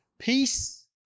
Peace